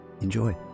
Enjoy